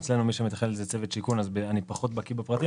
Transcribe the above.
אצלנו מי שמתכנן את זה הם צוות שיכון אז אני פחות בקיא בפרטים,